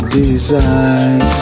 design